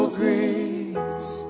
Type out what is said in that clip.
grace